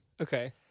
Okay